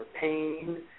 pain